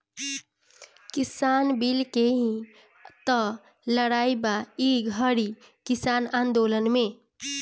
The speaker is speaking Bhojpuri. किसान बिल के ही तअ लड़ाई बा ई घरी किसान आन्दोलन में